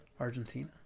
Argentina